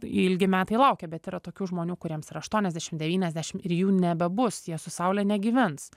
ilgi metai laukia bet yra tokių žmonių kuriems ir aštuoniasdešim devyniasdešim ir jų nebebus jie su saule negyvens